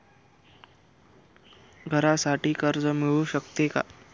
घरासाठी कर्ज मिळू शकते का?